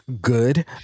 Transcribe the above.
good